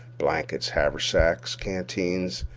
blankets, haversacks, canteens,